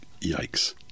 Yikes